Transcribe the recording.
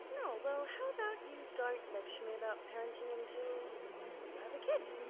well, how about you don't lecture me about parenting until you have a kid.